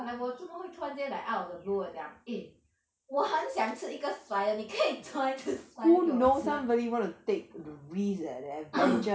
like 我做么会突然间去 like out of the blue 我讲 eh 我很想吃一个 spider 你可以抓一只 spider 给我吃嘛